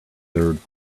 third